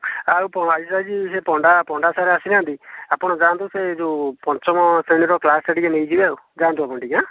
ଆଉ ପଣ୍ଡା ପଣ୍ଡା ସାର ଆସି ନାହାନ୍ତି ଆପଣ ଯାଆନ୍ତୁ ସେଇ ଯେଉଁ ପଞ୍ଚମ ଶ୍ରେଣୀ ର କ୍ଳାସ ଟା ଟିକେ ନେଇଯିବେ ଆଉ ଯାଆନ୍ତୁ ଆପଣ ଟିକେ